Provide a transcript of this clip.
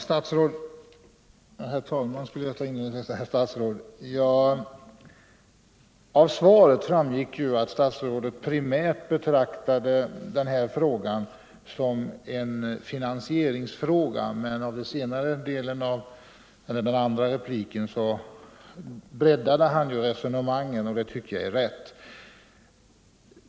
Herr talman! Av svaret framgick att statsrådet primärt betraktade den här frågan som en finansieringsfråga. Men i senare delen av sitt andra anförande breddade han resonemanget, och det tycker jag är riktigt.